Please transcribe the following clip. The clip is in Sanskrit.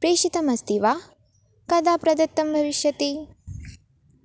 प्रेषितमस्ति वा कदा प्रदत्तं भविष्यति